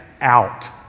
out